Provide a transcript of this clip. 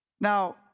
Now